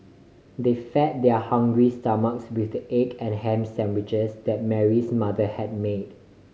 they fed their hungry stomachs with the egg and ham sandwiches that Mary's mother had made